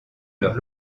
leur